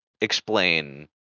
explain